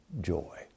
joy